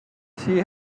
she